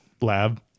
lab